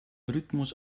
rhythmus